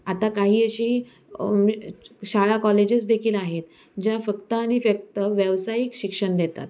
आता काही अशी शाळा कॉलेजेस देखील आहेत ज्या फक्त आणि फक्त व्यावसायिक शिक्षण देतात